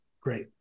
great